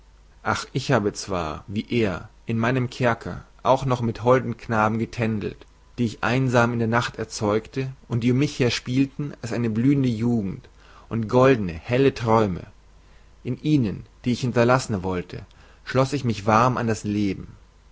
auch ich habe zwar wie er in meinem kerker auch noch mit holden knaben getändelt die ich einsam in der nacht erzeugte und die um mich her spielten als eine blühende jugend und goldene helle träume in ihnen die ich hinterlassen wollte schloß ich mich warm an das leben